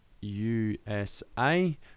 USA